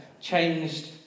changed